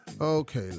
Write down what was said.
Okay